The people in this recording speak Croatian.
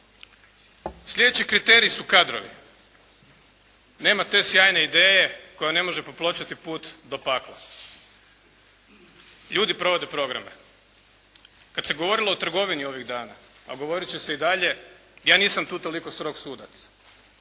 Slijedeći kriteriji su kadrovi. Nema te sjajne ideje koja ne može popločati put do pakla. Ljudi provode programe. Kad se govorilo o trgovini ovih dana, a govorit će se i dalje, ja nisam tu toliko strog sudac.